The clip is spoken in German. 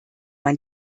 man